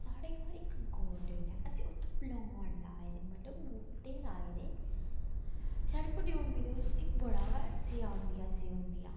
साढ़े घर इक गार्डन ऐ असें ओत्त प्लांट लाए दे न मतलब बूहटे लाए दे साढ़ी बड्डी मम्मी ते उसी बड़ा गै सजांदियां सजूंदियां